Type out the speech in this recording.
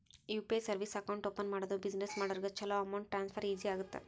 UPI service account open ಮಾಡೋದು business ಮಾಡೋರಿಗ ಚೊಲೋ ಅಮೌಂಟ್ ಟ್ರಾನ್ಸ್ಫರ್ ಈಜಿ ಆಗತ್ತ